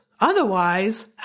Otherwise